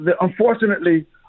Unfortunately